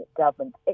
government